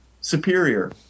Superior